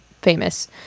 famous